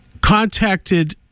contacted